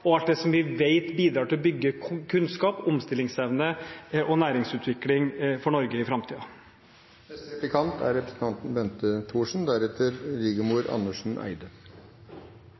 på alt det som vi vet bidrar til å bygge kunnskap, omstillingsevne og næringsutvikling i Norge i framtiden. Siden representanten Giske er